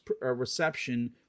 reception